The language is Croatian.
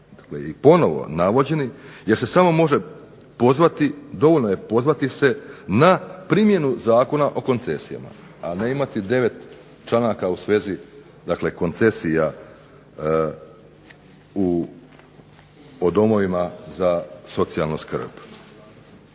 i ponovo navođeni, jer se samo može pozvati, dovoljno je pozvati se na primjenu Zakona o koncesijama, a ne imati devet članaka u svezi dakle koncesija o domovima za socijalnu skrb.